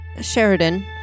Sheridan